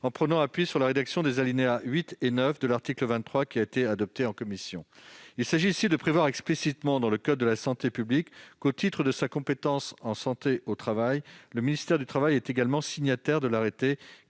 en prenant appui sur la rédaction des alinéas 8 et 9 de l'article 23 adoptée en commission. Il s'agit ainsi de prévoir explicitement dans le code de la santé publique que, au titre de sa compétence en santé au travail, le ministère chargé du travail est également signataire de l'arrêté